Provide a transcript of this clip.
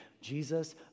Jesus